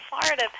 Florida